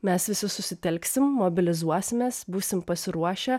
mes visi susitelksim mobilizuosimės būsime pasiruošę